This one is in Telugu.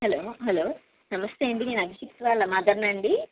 హలో హలో నమస్తే అండీ నేను అంకిత్ వాళ్ళ మదర్ను అండి